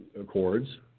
Accords